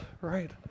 right